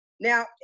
Now